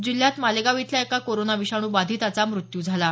जिल्ह्यात मालेगाव इथल्या एका कोरोना विषाणू बाधिताचा मृत्यू झाला आहे